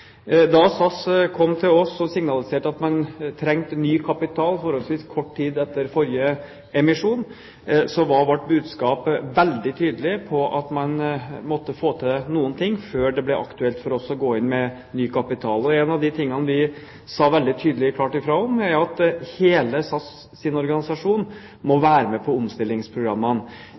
Da SAS kom til oss og signaliserte at man trengte ny kapital forholdsvis kort tid etter forrige emisjon, var vårt budskap veldig tydelig at man måtte sette i verk noen tiltak før det ble aktuelt for oss å gå inn med ny kapital. En av de tingene vi sa veldig tydelig og klart fra om, var at hele SAS’ organisasjon må være med på omstillingsprogrammene.